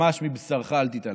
ממש מבשרך אל תתעלם.